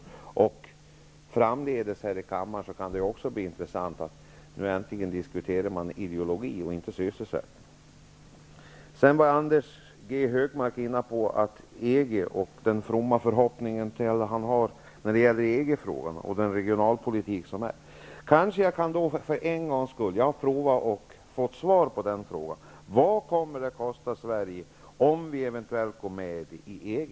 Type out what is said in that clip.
Det kan också framdeles i kammaren vara intressant att man äntligen diskuterar ideologi och inte sysselsättning. Anders G Högmark gav också uttryck för sina fromma förhoppningar i frågan om EG:s regionalpolitik. Jag vill då ställa en fråga som jag tidigare har försökt att få svar på: Vad kommer det att kosta Sverige, om vi eventuellt går med i EG?